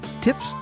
tips